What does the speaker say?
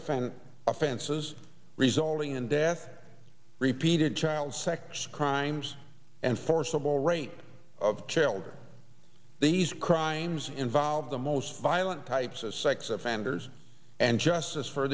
offender offenses resulting in death repeated child sex crimes and forcible rape of children these crimes involve the most violent types of sex offenders and justice for